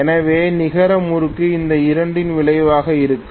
எனவே நிகர முறுக்கு இந்த இரண்டின் விளைவாக இருக்கும்